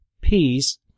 Peace